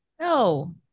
No